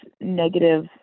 negative